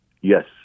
yes